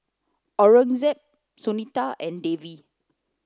Aurangzeb Sunita and Devi